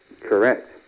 Correct